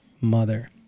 mother